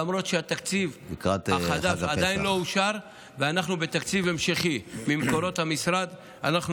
למרות שהתקציב החדש עדיין לא אושר ואנחנו בתקציב המשכי ממקורות המשרד.